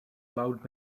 loud